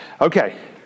Okay